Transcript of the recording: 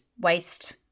waste